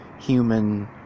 human